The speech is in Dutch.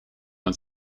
het